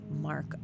Mark